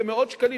במאות שקלים,